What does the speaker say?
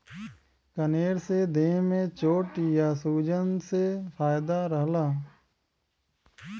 कनेर से देह में चोट या सूजन से फायदा रहला